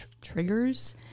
triggers